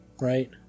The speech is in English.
right